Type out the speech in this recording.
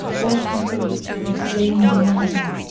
all contribute to inflame the mind,